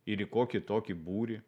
ir į kokį tokį būrį